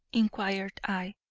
inquired i.